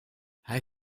hij